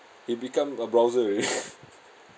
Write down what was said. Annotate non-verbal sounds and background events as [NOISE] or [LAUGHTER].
he become a browser already [LAUGHS]